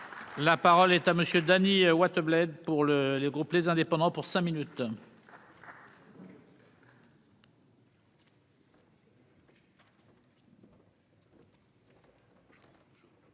là. Parole est à monsieur Dany Wattebled pour le le groupe les indépendants pour cinq minutes.